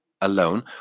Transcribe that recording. alone